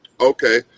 Okay